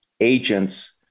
agents